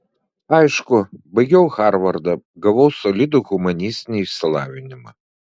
aišku baigiau harvardą gavau solidų humanistinį išsilavinimą